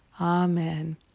Amen